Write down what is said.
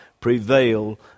prevail